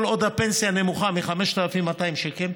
כל עוד הפנסיה נמוכה מ-5,200 שקל,